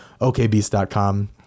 okbeast.com